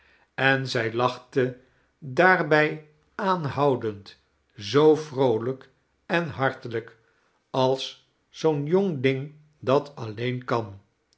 en zij lachte daarbij aanhoudend zoo vroolqk en hartelijk als zoo'n jong ding dat alleen kan